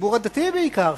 לציבור הדתי בעיקר,